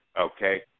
okay